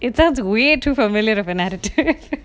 it sounds way too familiar of an attitude